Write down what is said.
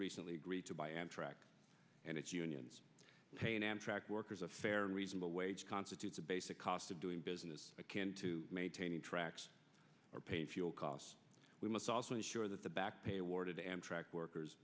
recently agreed to by amtrak and its unions paying amtrak workers a fair and reasonable wage constitutes a basic cost of doing business akin to maintaining tracks or pain fuel costs we must also ensure that the back pay awarded to amtrak workers